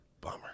Bummer